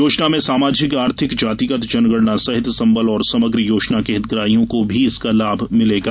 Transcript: योजना में सामाजिक आर्थिक जातिगत जनगणना सहित संबल और समग्र योजना के हितग्राहियों को भी इसका लाभ भिलेगा